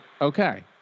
Okay